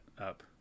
up